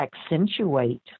accentuate